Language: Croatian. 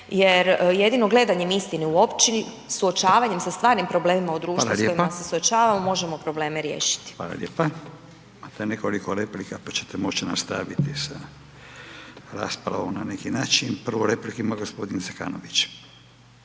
Jer jedino gledanjem istine u oči, suočavanjem sa stvarnim problemima u društvu sa kojima se suočavamo možemo probleme riješiti. **Radin, Furio (Nezavisni)** Hvala lijepa. Imate nekoliko replika, pa ćete moći nastaviti sa raspravom na neki način. Prvu repliku ima g. Zekanović.